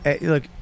Look